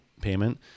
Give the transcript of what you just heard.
payment